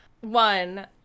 One